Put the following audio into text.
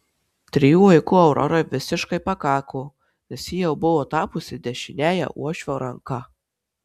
trijų vaikų aurorai visiškai pakako nes ji jau buvo tapusi dešiniąja uošvio ranka